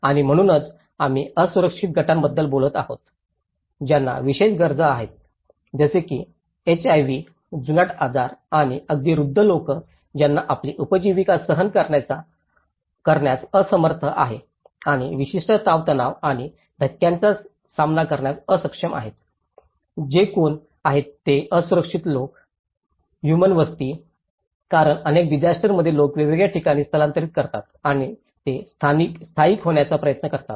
आणि म्हणूनच आम्ही असुरक्षित गटांबद्दल बोलत आहोत ज्यांना विशेष गरजा आहेत जसे की एचआयव्ही जुनाट आजार किंवा अगदी वृद्ध लोक ज्यांना आपली उपजीविका सहन करण्यास असमर्थ आहे आणि विशिष्ट ताणतणाव आणि धक्क्यांचा सामना करण्यास अक्षम आहेत जे कोण आहेत हे असुरक्षित लोक हुमान वस्ती कारण अनेक डिसास्टरंमध्ये लोक वेगवेगळ्या ठिकाणी स्थलांतर करतात आणि ते स्थायिक होण्याचा प्रयत्न करतात